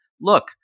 look